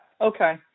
Okay